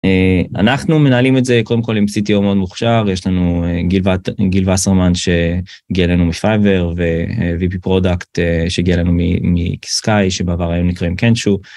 אנחנו מנהלים את זה קודם כל עם cto מאוד מוכשר יש לנו גיל וסרמן שהגיע אלינו מפייבר ו-vp procuct שהגיע אלינו מקסקאי שבעבר היו נקראים קנצ'ו.